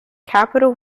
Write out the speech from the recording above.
capital